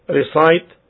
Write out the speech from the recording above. recite